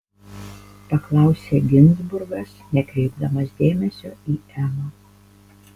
paklausė ginzburgas nekreipdamas dėmesio į emą